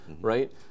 right